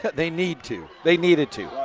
they need to, they needed to.